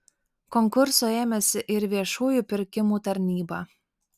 konkurso ėmėsi ir viešųjų pirkimų tarnyba